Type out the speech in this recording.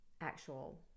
actual